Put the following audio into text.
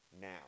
now